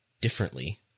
differently